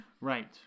Right